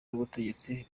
n’ubutegetsi